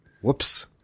Whoops